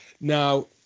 Now